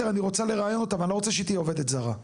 אני רוצה לראיין אותה ואני לא רוצה שהיא תהיה עובדת זרה.